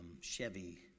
Chevy